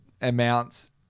amounts